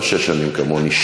לא שש שנים כמוני,